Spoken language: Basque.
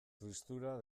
tristura